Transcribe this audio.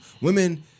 women